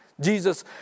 Jesus